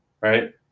right